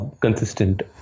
consistent